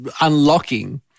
unlocking